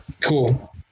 Cool